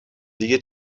دیگه